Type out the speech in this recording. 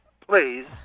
Please